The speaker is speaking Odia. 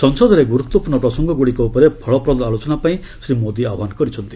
ସଂସଦରେ ଗୁରୁତ୍ୱପୂର୍ଣ୍ଣ ପ୍ରସଙ୍ଗଗୁଡିକ ଉପରେ ଫଳପ୍ରଦ ଆଲୋଚନା ପାଇଁ ଶ୍ରୀ ମୋଦି ଆହ୍ୱାନ କରିଛନ୍ତି